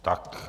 Tak.